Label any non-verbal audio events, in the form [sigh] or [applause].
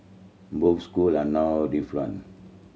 both school are now [unintelligible]